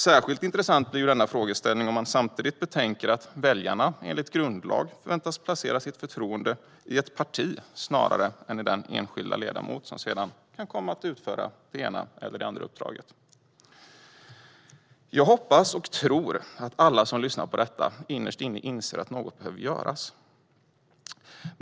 Särskilt intressant blir denna frågeställning om man samtidigt betänker att väljarna enligt grundlag förväntas placera sitt förtroende i ett parti snarare än i den enskilda ledamot som sedan kan komma att utföra det ena eller det andra uppdraget. Jag hoppas och tror att alla som lyssnar på detta innerst inne inser att något behöver göras.